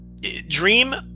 Dream